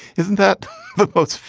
isn't that but boats?